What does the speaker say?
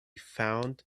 found